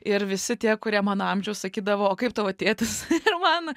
ir visi tie kurie mano amžiaus sakydavo o kaip tavo tėtis ir man